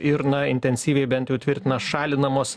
ir na intensyviai bent jau tvirtina šalinamos